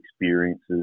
experiences